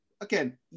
again